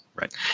Right